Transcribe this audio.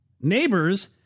Neighbors